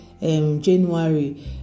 January